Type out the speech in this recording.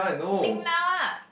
think now ah